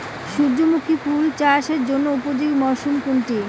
সূর্যমুখী ফুল চাষের জন্য উপযোগী মরসুম কোনটি?